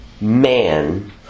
man